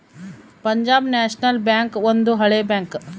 Punjab National Bank ಒಂದು ಹಳೆ bank